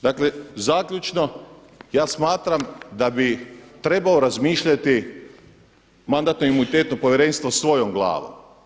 Dakle, zaključno, ja smatram da bi trebao razmišljati Mandatno-imunitetno povjerenstvo svojom glavom.